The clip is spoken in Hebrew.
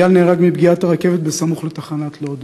אייל נהרג מפגיעת הרכבת בסמוך לתחנת לוד.